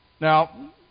Now